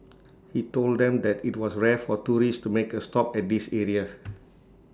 he told them that IT was rare for tourists to make A stop at this area